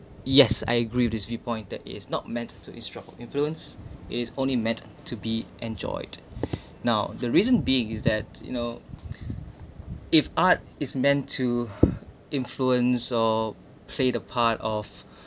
yes I agree with this viewpoint that it is not meant to instruct or influence it's only meant to be enjoyed now the reason being is that you know if art is meant to influence or play the part of